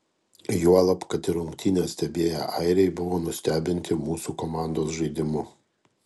juolab kad ir rungtynes stebėję airiai buvo nustebinti mūsų komandos žaidimu